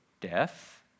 death